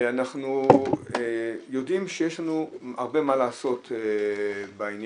אנחנו יודעים שיש לנו הרבה מה לעשות בעניין.